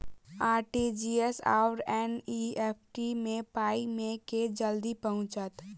RTGS आओर NEFT मे पाई केँ मे जल्दी पहुँचत?